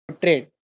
trade